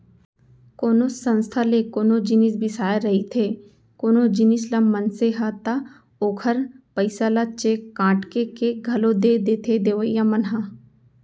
कोनो संस्था ले कोनो जिनिस बिसाए रहिथे कोनो जिनिस ल मनसे ह ता ओखर पइसा ल चेक काटके के घलौ दे देथे देवइया मन ह